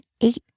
eight